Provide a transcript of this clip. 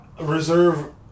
reserve